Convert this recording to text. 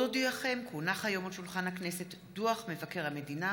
התשע"ח 2018,